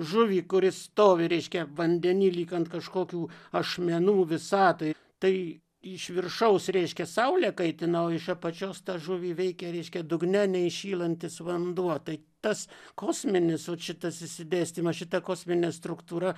žuvį kuri stovi reiškia vandenį lyg ant kažkokių ašmenų visatoj tai iš viršaus reiškia saulė kaitina o iš apačios tą žuvį veikia reiškia dugne ne šylantis vanduo tai tas kosminis vat šitas išsidėstymas šita kosminė struktūra